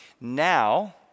Now